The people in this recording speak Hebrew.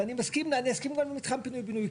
ואני מסכים ואני אסכים גם למתחם פינוי בינוי,